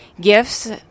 gifts